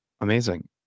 amazing